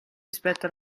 rispetto